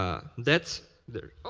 that's oh.